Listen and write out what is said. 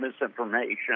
misinformation